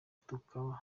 tukaba